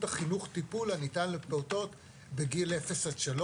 החינוך טיפול הניתן לפעוטות בגיל 0-3,